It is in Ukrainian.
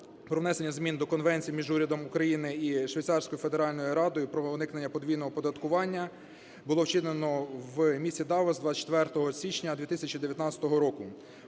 внесення змін до Конвенції між Урядом України і Швейцарською Федеральною Радою про уникнення подвійного оподаткування було вчинено в місті Давос 24 січня 2019 року.